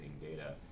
data